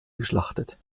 geschlachtet